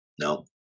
No